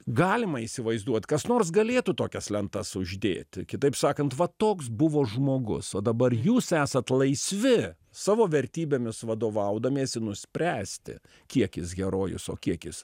galima įsivaizduot kas nors galėtų tokias lentas uždėti kitaip sakant va toks buvo žmogus o dabar jūs esat laisvi savo vertybėmis vadovaudamiesi nuspręsti kiek jis herojus o kiek jis